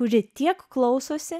kuri tiek klausosi